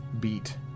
beat